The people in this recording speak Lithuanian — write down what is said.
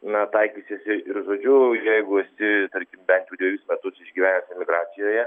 na taikysiesi ir žodžiu jeigu esi tarkim bent jau dvejus metus išgyvenęs emigracijoje